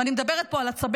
ואני מדברת פה על הצמרת,